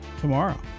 tomorrow